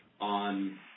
on